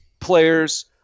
players